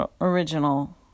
original